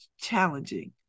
challenging